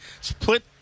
split